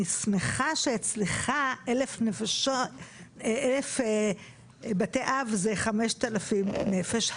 אני שמחה שאצלך 1,000 בתי אב זה 5,000 נפש.